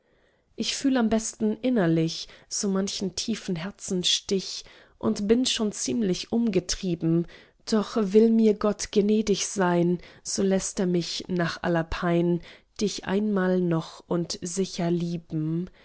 ich fühl am besten innerlich so manchen tiefen herzensstich und bin schon ziemlich umgetrieben doch will mir gott genädig sein so läßt er mich nach aller pein dich einmal noch und sicher lieben